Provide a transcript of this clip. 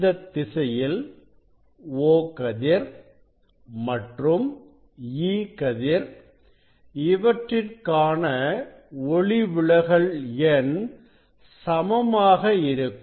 இந்த திசையில் O கதிர் மற்றும் E கதிர் இவற்றிற்கான ஒளிவிலகல் எண் சமமாக இருக்கும்